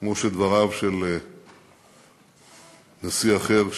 כמו שדבריו של נשיא אחר,